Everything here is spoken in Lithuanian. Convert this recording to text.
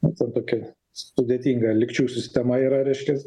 nu ten tokia sudėtinga lygčių sistema yra reiškias